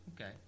okay